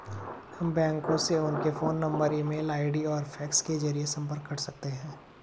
हम बैंकों से उनके phone number email ID और फैक्स के जरिए संपर्क कर सकते हैं